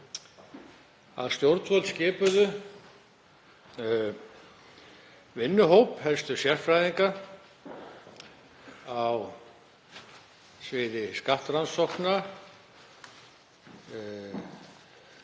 Stjórnvöld skipuðu vinnuhóp helstu sérfræðinga á sviði skattrannsókna,